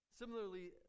Similarly